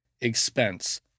expense